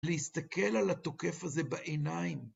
להסתכל על התוקף הזה בעיניים.